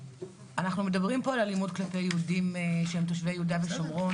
אנחנו מדברים פה על אלימות כלפי יהודים שהם תושבי יהודה ושומרון.